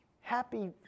Happy